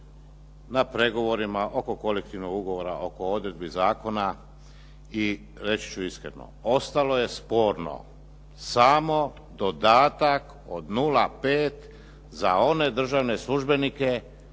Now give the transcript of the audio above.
na pregovorima oko kolektivnog ugovora oko odredbi zakona i reći ću iskreno, ostalo je sporno samo dodatak od 0,5 za one državne službenike